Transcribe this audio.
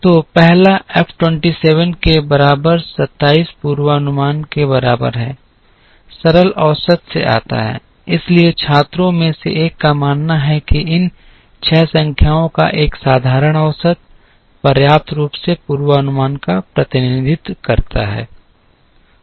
तो पहला एफ 27 के बराबर 27 पूर्वानुमान के बराबर है सरल औसत से आता है इसलिए छात्रों में से एक का मानना है कि इन 6 संख्याओं का एक साधारण औसत पर्याप्त रूप से पूर्वानुमान का प्रतिनिधित्व करता है